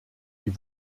die